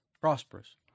Prosperous